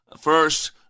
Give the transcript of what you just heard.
first